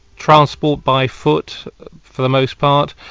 transport by foot for the most part,